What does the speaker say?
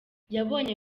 yabonye